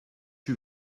you